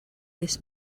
this